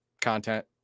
content